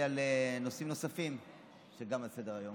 אדוני, שלוש דקות לרשותך.